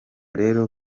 rero